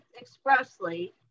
expressly